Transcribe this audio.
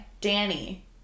Danny